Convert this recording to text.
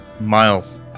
Miles